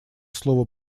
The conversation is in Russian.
слово